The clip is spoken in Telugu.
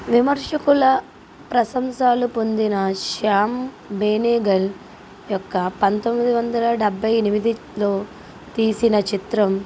విమర్శకుల ప్రశంసలు పొందిన శ్యామ్ బేనేగల్ యొక్క పంతొమ్మిది వందల డెబ్బై ఎనిమిదిలో తీసిన చిత్రం జునూన్లో అతను తన రంగప్రవేశం చేసాడు ఇందులో అతని తల్లీదండ్రులు మరియు ఇద్దరు తోబుట్టువులు కూడా ఈ చిత్రంలో నటించారు చాలా అద్బుతంగా నటించారు చాలా బాగా చేసారు